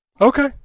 Okay